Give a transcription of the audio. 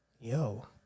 yo